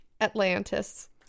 Atlantis